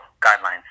guidelines